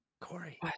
Corey